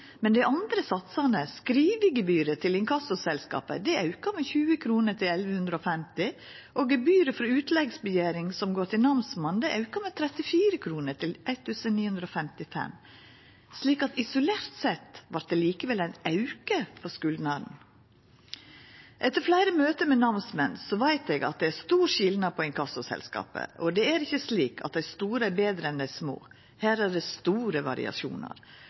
Men når det gjeld dei andre satsane, er skrivegebyret til inkassoselskapa auka med 20 kr til 1 150 kr, og gebyret for utleggskrav som går til namsmannen, auka med 34 kr til 1 955 kr. Slik vart det isolert sett likevel ein auke for skuldnaren. Etter fleire møte med namsmenn veit eg at det er stor skilnad på inkassoselskap, og det er ikkje slik at dei store er betre enn dei små. Her er det store variasjonar.